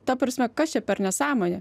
ta prasme kas čia per nesąmonė